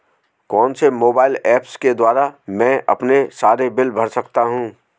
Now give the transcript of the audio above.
कौनसे mobile apps के द्वारा मैं अपने सारे बिल भर सकता हूं?